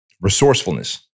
resourcefulness